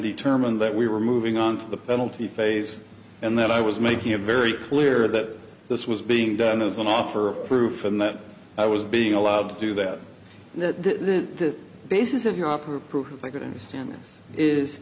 determined that we were moving on to the penalty phase and that i was making a very clear that this was being done as an offer of proof and that i was being allowed to do that on the basis of your offer proof i could understand this